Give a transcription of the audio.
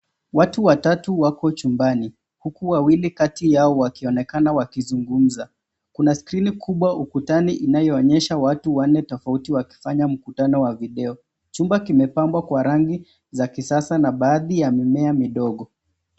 Watu watatu wako chumbani, huku wawili kati yao wakionekana wakizungumza. Kuna skrini kubwa ukutani inayoonyesha watu wanne tofauti wakifanya mkutano wa video. Chumba kimepambwa kwa rangi za kisasa na baadhi ya mimea midogo.